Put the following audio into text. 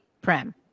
prem